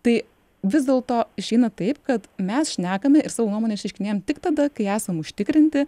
tai vis dėlto išeina taip kad mes šnekame ir savo nuomonę išryškinėjam tik tada kai esam užtikrinti